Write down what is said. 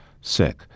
sick